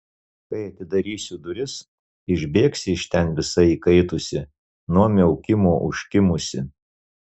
kai atidarysiu duris išbėgsi iš ten visa įkaitusi nuo miaukimo užkimusi